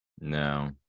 No